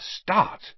start